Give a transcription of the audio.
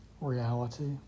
reality